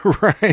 right